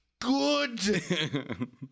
good